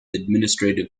administrative